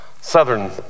Southern